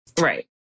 right